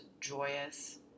joyous